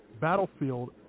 Battlefield